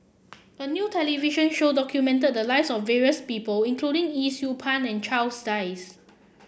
a new television show documented the lives of various people including Yee Siew Pun and Charles Dyce